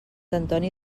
antoni